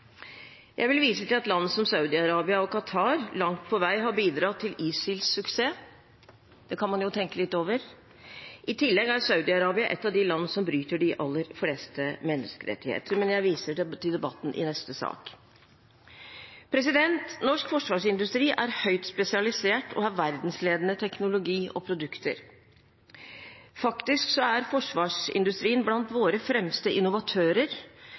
Jeg vil vise til at land som Saudi-Arabia og Qatar langt på vei har bidratt til ISILs suksess. Det kan man jo tenke litt over. I tillegg er Saudi-Arabia et av de land som bryter de aller fleste menneskerettigheter. Jeg viser til debatten i neste sak. Norsk forsvarsindustri er høyt spesialisert og har verdensledende teknologi og produkter. Faktisk er forsvarsindustrien blant våre fremste innovatører